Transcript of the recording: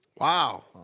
Wow